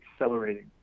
accelerating